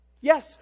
Yes